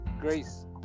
grace